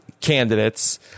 candidates